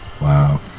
Wow